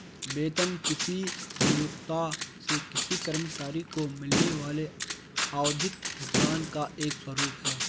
वेतन किसी नियोक्ता से किसी कर्मचारी को मिलने वाले आवधिक भुगतान का एक स्वरूप है